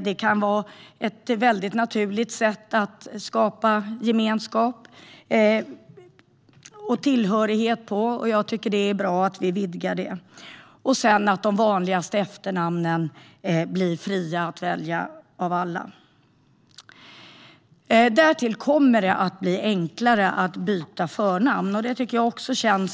Det kan vara ett naturligt sätt att skapa gemenskap och tillhörighet, och det är bra att vi vidgar den möjligheten. Dessutom blir de vanligaste efternamnen fria att välja för alla. Därtill kommer det att bli enklare att byta förnamn. Det känns också